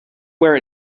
where